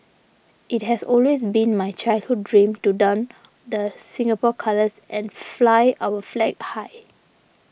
it has always been my childhood dream to don the Singapore colours and fly our flag high